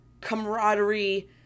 camaraderie